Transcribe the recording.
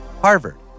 Harvard